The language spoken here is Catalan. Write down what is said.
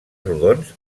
rodons